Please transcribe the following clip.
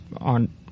on